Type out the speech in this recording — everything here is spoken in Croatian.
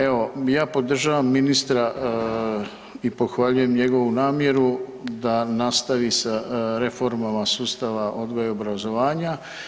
Evo ja podržavam ministra i pohvaljujem njegovu namjeru da nastavi sa reformama sustava odgoja i obrazovanja.